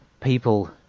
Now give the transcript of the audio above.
people